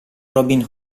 robin